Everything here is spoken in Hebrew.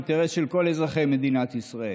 אינטרס של כל אזרחי מדינת ישראל.